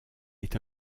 est